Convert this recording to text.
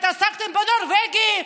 התעסקתם בנורבגי,